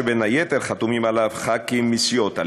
כ-18 מיליארד שקלים הובטחו כדי לצמצם את